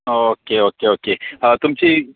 okay okay okay तुमची